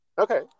Okay